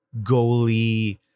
goalie